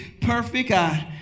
perfect